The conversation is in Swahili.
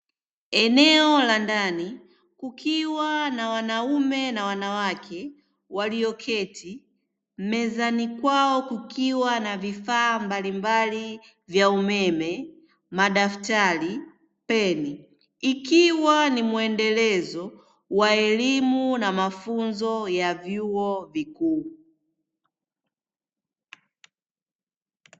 Eneo la ndani likiwa na wanaume na wanawake walioketi mezani kwao kukiwa na vifaa mbalimbali vya umeme, madaftari ,peni ikiwa ni muendelezo wa elimu na mafunzo ya vyuo vikuu.